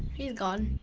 he's gone.